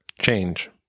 change